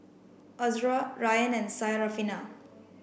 Azura Ryan and Syarafina